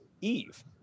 Eve